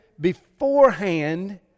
beforehand